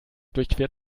durchquert